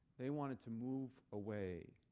they wanted to move away,